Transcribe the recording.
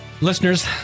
listeners